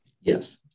Yes